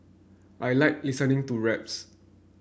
I like listening to raps